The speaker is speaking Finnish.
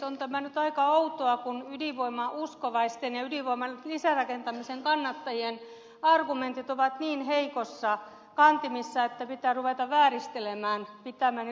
on tämä nyt aika outoa kun ydinvoimauskovaisten ja ydinvoiman lisärakentamisen kannattajien argumentit ovat niin heikoissa kantimissa että pitää ruveta vääristelemään pitämääni ryhmäpuhettakin